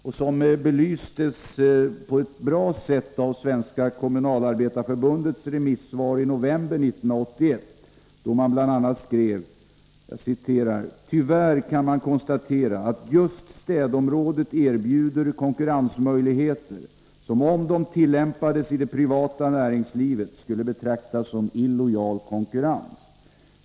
Dessa förhållanden belystes på ett bra sätt i Svenska kommunalarbetareförbundets remissvar i november 1981, där man bl.a. Nr 30 SKrev: Onsdagen den ”Tyvärr kan man konstatera att just städområdet erbjuder konkurrens 423 november 1983 möjligheter som, om de tillämpades i det privata näringslivet, skulle betraktas som illojal konkurrens.